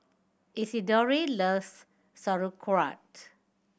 Isidore loves Sauerkraut